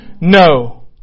No